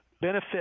benefit